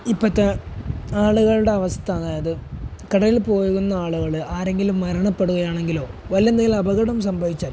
ഇപ്പോഴത്തെ ആളുകളുടെ അവസ്ഥ അതായത് കടലിൽ പോകുന്ന ആളുകള് ആരെങ്കിലും മരണപ്പെടുകയാണെങ്കിലോ അവര്ക്കെന്തെങ്കിലും അപകടം സംഭവിച്ചാല്